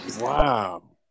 Wow